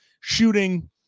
shooting